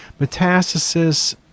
Metastasis